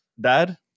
dad